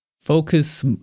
focus